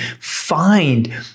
find